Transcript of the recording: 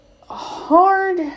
hard